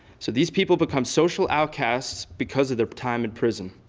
so these people become social outcastes because of their time in prison.